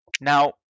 Now